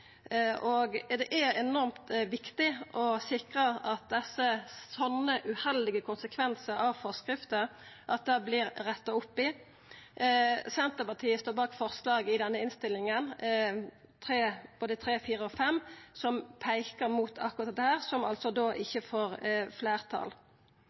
Det er enormt viktig å sikra at slike uheldige konsekvensar av forskrifta vert retta opp. Senterpartiet står bak forslaga nr. 3–5 i denne innstillinga, som peiker mot akkurat dette, men som altså ikkje får fleirtal. Dette skaper usikkerheit for dei som